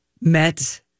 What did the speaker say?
met